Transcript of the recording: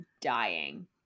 dying